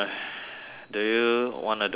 do you want to do makeup